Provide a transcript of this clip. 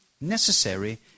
necessary